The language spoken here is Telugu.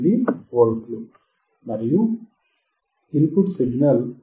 88V మరియు ఇన్ పుట్ సిగ్నల్ 5